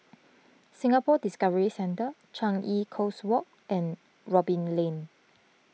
Singapore Discovery Centre Changi Coast Walk and Robin Lane